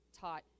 taught